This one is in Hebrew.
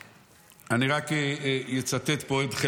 מינה, אצלכם אין נפקא